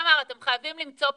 איתמר, אתם חייבים למצוא פתרון,